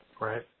Right